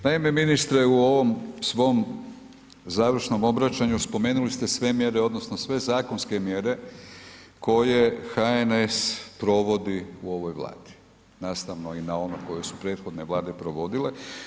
Naime, ministre u ovom svom završnom obraćanju spomenuli ste sve mjere, odnosno sve zakonske mjere koje HNS provodi u ovoj Vladi, nastavno na ono koje su prethodne Vlade provodile.